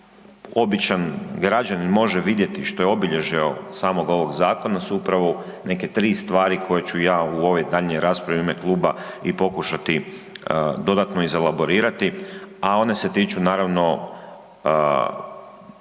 običan građanin može vidjeti što je obilježje samog ovog zakona su upravo neke tri stvari koje ću ja u ovoj daljnjoj raspravi u ime kluba i pokušati dodatno iz elaborirati, a one se tiču naravno